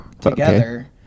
together